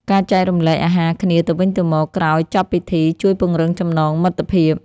ការចែករំលែកអាហារគ្នាទៅវិញទៅមកក្រោយចប់ពិធី ជួយពង្រឹងចំណងមិត្តភាព។